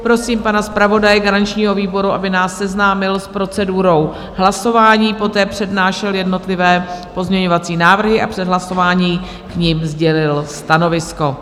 Prosím pana zpravodaje garančního výboru, aby nás seznámil s procedurou hlasování, poté přednášel jednotlivé pozměňovací návrhy a před hlasováním k nim sdělil stanovisko.